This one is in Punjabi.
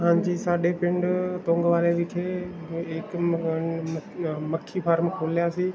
ਹਾਂਜੀ ਸਾਡੇ ਪਿੰਡ ਤੁੰਗਵਾਲੇ ਵਿਖੇ ਇੱਕ ਮੱਖੀ ਫਾਰਮ ਖੋਲ੍ਹਿਆ ਸੀ